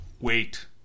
wait